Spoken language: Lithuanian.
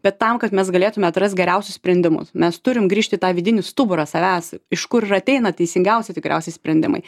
bet tam kad mes galėtume atrast geriausius sprendimus mes turim grįžt į tą vidinį stuburą savęs iš kur ir ateina teisingiausi tikriausiai sprendimai